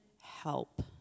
help